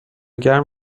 گرم